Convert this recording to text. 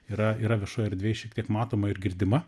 yra yra viešoj erdvėj šiek tiek matoma ir girdima